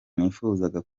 nifuzaga